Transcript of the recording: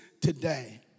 today